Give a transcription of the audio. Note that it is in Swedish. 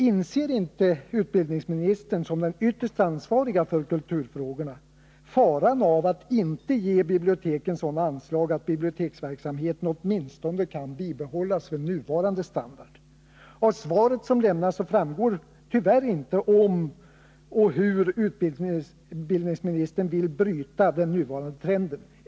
Inser inte utbildningsministern, som är den ytterst ansvarige för kulturfrågorna, faran av att inte ge biblioteken sådana anslag att biblioteksverksamheten åtminstone kan bibehålla nuvarande standard? Av svaret som lämnats framgår tyvärr inte om och hur utbildningsministern vill bryta den nuvarande trenden.